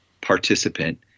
participant